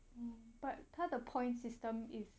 mm but 他的 point system is